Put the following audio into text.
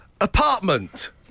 apartment